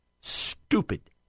Stupid